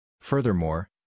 Furthermore